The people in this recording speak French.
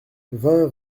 vingt